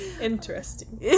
Interesting